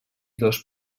dos